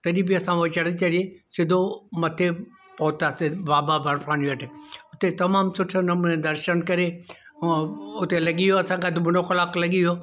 तॾहिं बि असां हो चढ़ी चढ़ी सिधो मथे पहुंतासे बाबा बर्फानी वटि उते तमामु सुठे नमूने दर्शन करे ऐं उते लॻा वियो असांखे अधि मुन्नो कलाकु त लॻी वियो